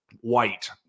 white